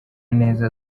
neza